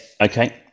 Okay